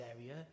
area